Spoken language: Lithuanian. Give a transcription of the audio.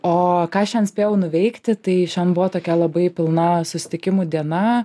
o ką šian spėjau nuveikti tai šian buvo tokia labai pilna susitikimų diena